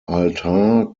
altar